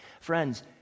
Friends